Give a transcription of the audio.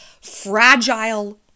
fragile